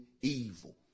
evil